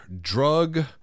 drug